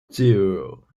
zero